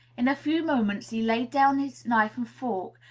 in a few moments he laid down his knife and fork,